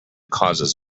causes